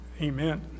amen